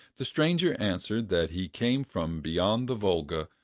the stranger answered that he came from beyond the volga,